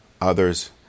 others